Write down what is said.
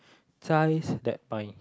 ties that bind